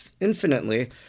infinitely